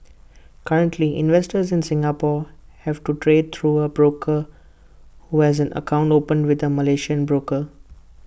currently investors in Singapore have to trade through A broker who has an account opened with A Malaysian broker